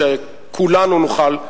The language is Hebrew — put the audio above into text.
שכולנו נוכל,